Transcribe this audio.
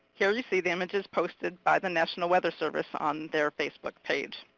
here you see the images posted by the national weather service on their facebook page.